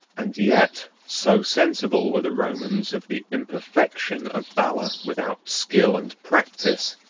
and yet so sensible were the romans of the imperfection of valor without skill and practice,